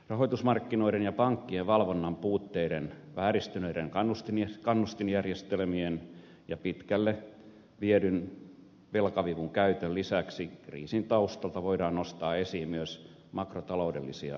rahoitusmarkkinoiden ja pankkien valvonnan puutteiden vääristyneiden kannustinjärjestelmien ja pitkälle viedyn velkavivun käytön lisäksi kriisin taustalta voidaan nostaa esiin myös makrotaloudellisia syitä